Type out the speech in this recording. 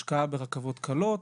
השקעה ברכבות קלות,